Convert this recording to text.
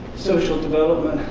social development.